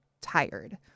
tired